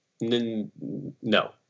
No